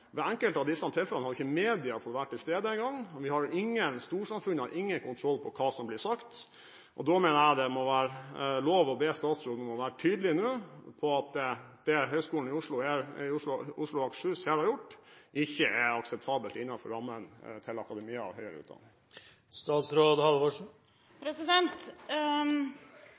Ved enkelte av disse tilfellene har ikke media fått være til stede engang, og storsamfunnet har ingen kontroll på hva som blir sagt. Da mener jeg det må være lov å be statsråden om nå å være tydelig på at det Høgskolen i Oslo og Akershus her har gjort, ikke er akseptabelt innenfor rammen til akademia og høyere utdanning.